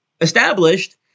established